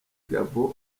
gabon